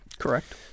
Correct